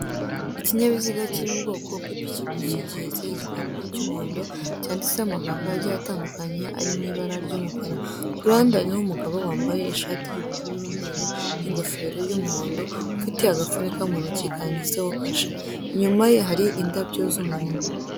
Ikinyabiziga kiri mu bwoko bwa ipikipiki, gihetse igikapu cya umuhondo cyanditseho amagambo agiye atandukanye ari mu ibara rya umukara. Kuruhande hariho umugabo wambaye ishati ya ubururu na umweru na ingofero ya umuhondo, ufite agapfunyika mu ntoko kanditseho kasha, inyuma ye hari indabyo za umuhondo.